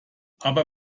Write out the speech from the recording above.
aber